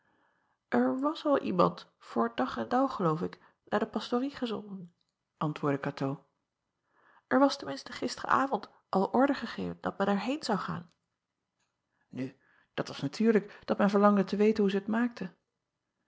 r was al iemand voor dag en dauw geloof ik naar de pastorie gezonden antwoordde atoo er was ten minste gisteren-avond al order gegeven dat men er heen zou gaan u dat was natuurlijk dat men verlangde te weten hoe zij t maakte